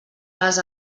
les